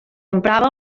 emprava